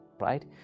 right